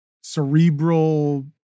cerebral